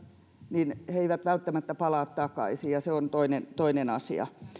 niin he eivät välttämättä palaa takaisin ja se on toinen toinen asia